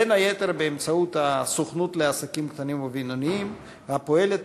בין היתר באמצעות הסוכנות לעסקים קטנים ובינוניים הפועלת